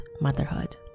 motherhood